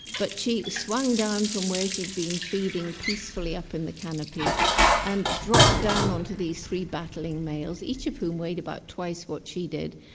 but she swung down from where she'd been feeding peacefully up in the canopy and dropped down onto these three battling males, each of whom weighed about twice what she did,